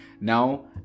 now